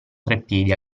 treppiedi